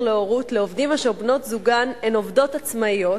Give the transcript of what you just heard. להורות לעובדים אשר בנות-זוגן הן עובדות עצמאיות,